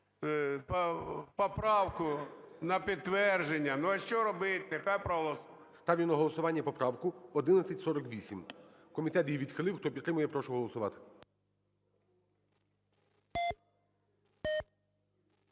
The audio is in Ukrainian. поправку, на підтвердження, ну а що робити, нехай… ГОЛОВУЮЧИЙ. Ставлю на голосування поправку 1148. Комітет її відхилив. Хто підтримує, прошу голосувати.